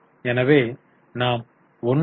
எனவே நாம் 1